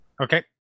Okay